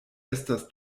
estas